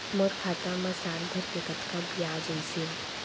मोर खाता मा साल भर के कतका बियाज अइसे?